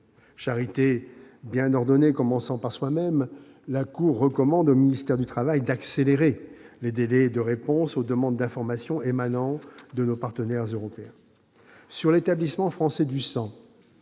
Charité bien ordonnée commençant par soi-même, la Cour des comptes recommande au ministère du travail d'accélérer les délais de réponse aux demandes d'informations émanant de nos partenaires européens. Le modèle économique de l'Établissement français du sang